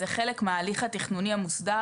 זה חלק מההליך התכנוני המוסדר.